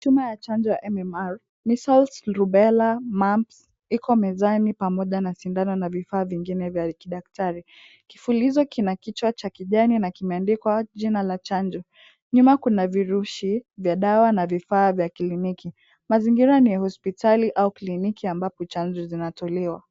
Chuma ya chanjo ya MMR, measles, rubella, mumps , iko mezani pamoja na sindano na vifaa vingine vya kidaktari. Kifulizo kina kichwa cha kijani na kimeandikwa jina la chanjo. Nyuma kuna virusi vya dawa na vifaa vya kliniki. Mazingira ni ya hospitali au kliniki ambapo chanjo zinatolewa.